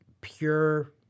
pure